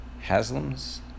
Haslam's